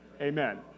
Amen